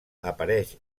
apareix